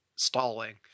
stalling